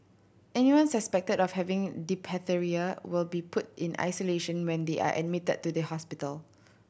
anyone suspected of having diphtheria will be put in isolation when they are admitted to the hospital